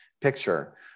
picture